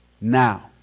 now